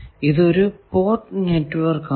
ഇത് ഒരു port network ആണ്